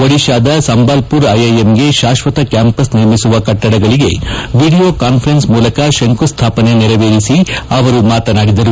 ಒಡಿತಾದ ಸಂಬಾಲ್ಪುರ್ ಐಐಎಂಗೆ ಶಾಶ್ವತ ಕ್ಷಾಂಪಸ್ ನಿರ್ಮಿಸುವ ಕಟ್ಟಡಗಳಿಗೆ ವೀಡಿಯೊ ಕಾಸ್ವರೆನ್ಸ್ ಮೂಲಕ ಶಂಕುಸ್ಥಾಪನೆ ನೆರವೇರಿಸಿ ಅವರು ಮಾತನಾಡಿದರು